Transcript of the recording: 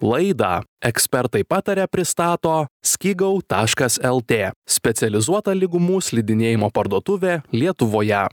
laidą ekspertai pataria pristato skigau taškas lt specializuota lygumų slidinėjimo parduotuvė lietuvoje